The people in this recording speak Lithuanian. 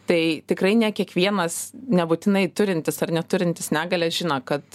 tai tikrai ne kiekvienas nebūtinai turintis ar neturintis negalią žino kad